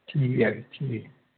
ठीक ऐ ठीक ऐ